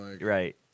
right